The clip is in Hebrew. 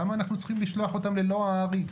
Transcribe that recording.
למה אנחנו צריכים לשלוח אותם ללוע הארי?